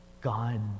god